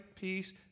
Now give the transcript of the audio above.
peace